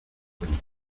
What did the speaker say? puentes